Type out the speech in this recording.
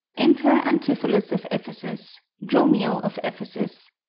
enter antipholus of ephesus, dromio of ephesus,